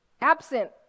absent